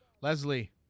Leslie